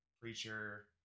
preacher